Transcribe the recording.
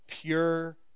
pure